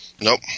Nope